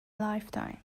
lifetime